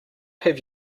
have